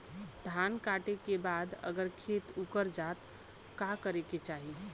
धान कांटेके बाद अगर खेत उकर जात का करे के चाही?